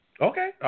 Okay